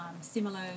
similar